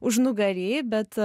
užnugary bet